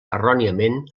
erròniament